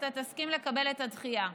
אתה תסכים לקבל את הדחייה.